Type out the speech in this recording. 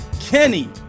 Kenny